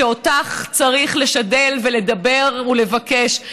שאותך צריך לשדל ולדבר ולבקש.